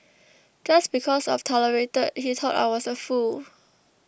just because I've tolerated he thought I was a fool